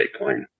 bitcoin